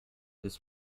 this